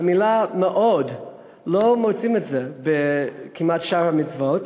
את המילה "מאוד" לא מוצאים כמעט בשאר המצוות,